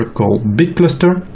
but called big cluster.